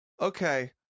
Okay